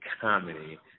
comedy